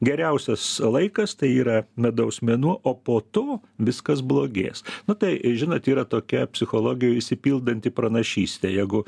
geriausias laikas tai yra medaus mėnuo o po to viskas blogės nu tai žinot yra tokia psichologijoj išsipildanti pranašystė jeigu